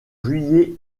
juillet